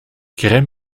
crème